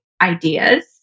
ideas